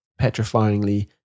petrifyingly